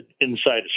inside